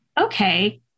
okay